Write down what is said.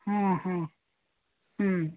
ಹ್ಞೂ ಹ್ಞೂ ಹ್ಞೂ